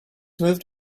moved